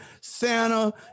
Santa